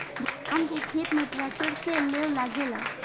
धान के खेत में ट्रैक्टर से लेव लागेला